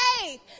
faith